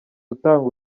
utanga